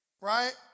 Right